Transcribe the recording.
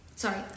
Sorry